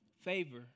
favor